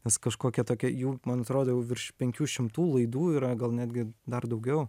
nes kažkokia tokia jų man atrodo jau virš penkių šimtų laidų yra gal netgi dar daugiau